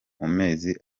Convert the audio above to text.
mezi